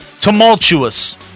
Tumultuous